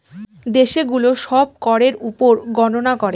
দেশে গুলো সব করের উপর গননা করে